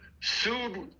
sued